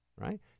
right